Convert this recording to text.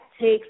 takes